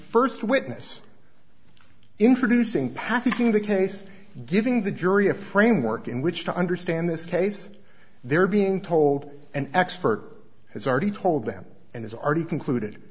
first witness introducing packaging the case giving the jury a framework in which to understand this case they're being told an expert has already told them and it's already concluded